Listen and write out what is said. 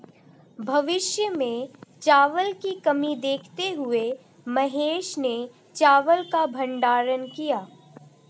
भविष्य में चावल की कमी देखते हुए महेश ने चावल का भंडारण किया